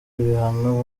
ibihano